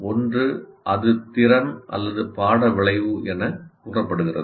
ஒன்று அது திறன் அல்லது பாட விளைவு எனக் கூறப்படுகிறது